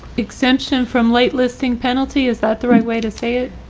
exemption from late listing penalty, is that the right way to say it?